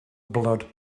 blood